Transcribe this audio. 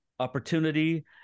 opportunity